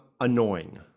annoying